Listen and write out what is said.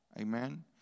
Amen